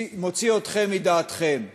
מוציא אתכם מדעתכם.